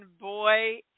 boy